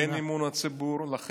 אין אמון הציבור, תודה.